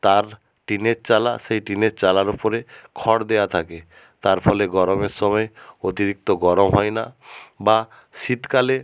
তার টিনের চালা সেই টিনের চালার ওপরে খড় দেওয়া থাকে তার ফলে গরমের সময় অতিরিক্ত গরম হয় না বা শীতকালে